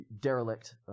derelict